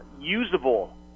usable